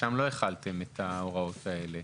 שם לא החלתם את ההוראות האלה.